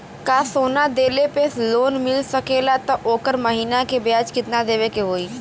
का सोना देले पे लोन मिल सकेला त ओकर महीना के ब्याज कितनादेवे के होई?